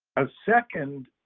a second,